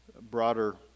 broader